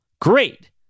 Great